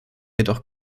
jedoch